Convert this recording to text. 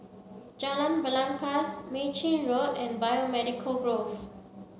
Jalan Belangkas Mei Chin Road and Biomedical Grove